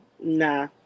Nah